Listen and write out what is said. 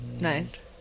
Nice